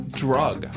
drug